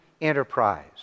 enterprise